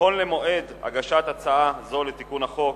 נכון למועד הגשת הצעה זו לתיקון החוק,